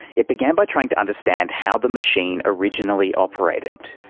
it began by trying to understand how the machine originally operated.